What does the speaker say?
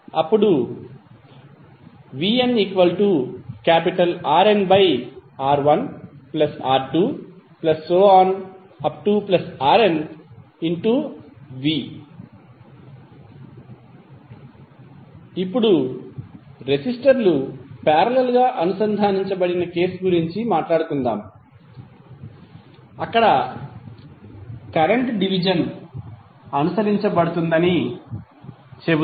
అప్పుడు vnRnR1R2Rnv ఇప్పుడు రెసిస్టర్లు పారేలల్ గా అనుసంధానించబడిన సందర్భం గురించి మాట్లాడుదాం అక్కడ కరెంట్ డివిజన్ అనుసరించబడుతుందని చెబుతాము